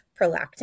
prolactin